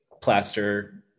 plaster